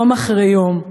יום אחרי יום,